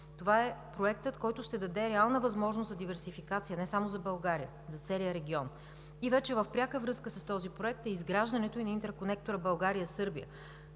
Това е проектът, който ще даде реална възможност за диверсификация не само за България, но и за целия регион. В пряка връзка с този проект е изграждането и на интерконектора България – Сърбия,